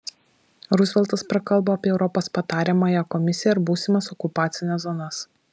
ruzveltas prakalbo apie europos patariamąją komisiją ir būsimas okupacines zonas